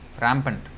Rampant